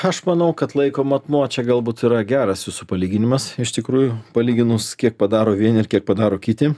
aš manau kad laiko matmuo čia galbūt yra geras jūsų palyginimas iš tikrųjų palyginus kiek padaro vieni ir kiek padaro kiti